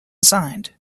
signed